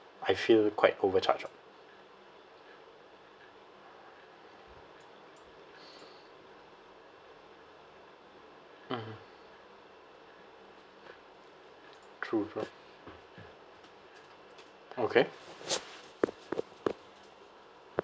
I feel quite overcharge ah mmhmm true true okay